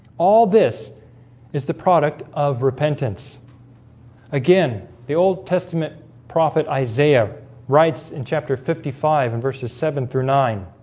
all this is the product of repentance again, the old testament prophet isaiah writes in chapter fifty five and verses seven through nine